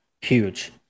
Huge